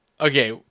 Okay